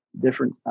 different